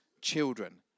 children